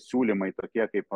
siūlymai tokie kaip